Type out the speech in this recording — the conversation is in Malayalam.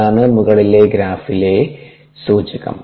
അതാണ് മുകളിലെ ഗ്രാഫിലെ സൂചകം